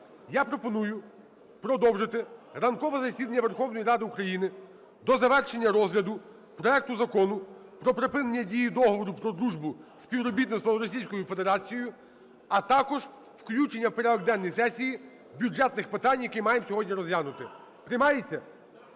Я пропоную продовжити ранкове засідання Верховної Ради України до завершення розгляду проекту Закону про припинення дії Договору про дружбу, співробітництво з Російською Федерацією, а також включення в порядок денний сесії бюджетних питань, які маємо сьогодні розглянути. Приймається?